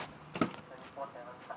four seven five